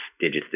Digit's